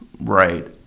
right